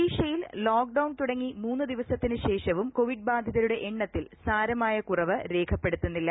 ഒഡീഷയിൽ ലോക്ഡൌൺ തൂടങ്ങി മൂന്ന് ദിവസത്തിനു ശേഷവും കോവിഡ് ബാധിതരൂടെ എണ്ണത്തിൽ സാരമായ കുറവ് രേഖപ്പെടുത്തുന്നില്ല